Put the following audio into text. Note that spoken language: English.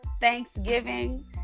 Thanksgiving